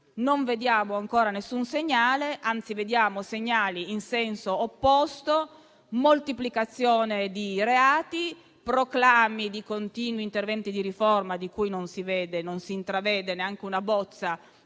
non vediamo ancora nessun segnale, anzi vediamo dei segnali in senso opposto: moltiplicazione di reati, proclami di continui interventi di riforma di cui non si intravede neanche una bozza